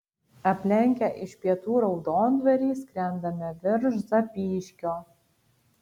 aplenkę iš pietų raudondvarį skrendame virš zapyškio